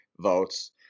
votes